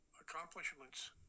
accomplishments